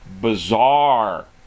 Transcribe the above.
bizarre